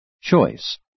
choice